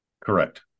Correct